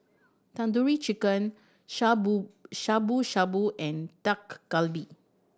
Tandoori Chicken Shabu Shabu Shabu and Dak Galbi